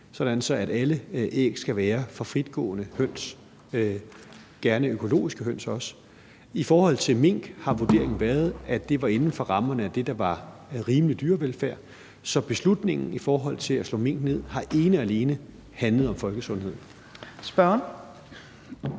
at alle æg skal være fra fritgående høns – også gerne økologiske høns. I forhold til mink har vurderingen været, at det var inden for rammerne af det, der var rimelig dyrevelfærd. Så beslutningen i forhold til at slå mink ned har ene og alene handlet om folkesundheden. Kl.